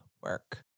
work